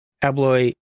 abloy